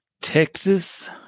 Texas